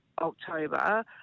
October